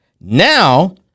Now